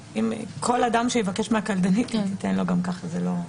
אדם שיבקש מהקלדנית, היא תיתן לו גם ככה.